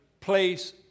place